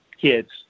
kids